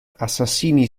assassini